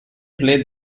played